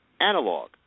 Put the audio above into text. analog